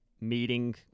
meeting